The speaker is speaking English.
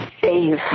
save